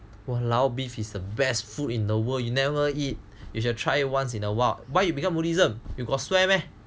!walao! beef is the best food in the world you never eat you should try once in a while why you become buddhism you got swear meh